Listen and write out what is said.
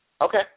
Okay